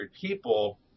people